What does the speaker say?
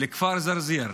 לכפר זרזיר.